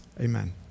Amen